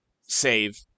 save